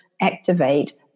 activate